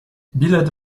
bilet